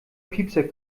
piepser